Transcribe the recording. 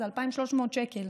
זה 2,300 שקל,